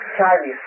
Charlie